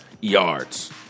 yards